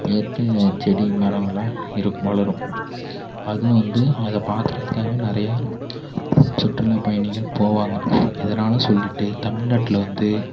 ஏற்ற செடி மரங்களாம் இருக் வளரும் அதுவும் வந்து அதை பார்க்குறதுக்காகவே நிறையா சுற்றுலா பயணிகள் போவாங்க எதனாலும் சொல்லிவிட்டு தமிழ்நாட்டில் வந்து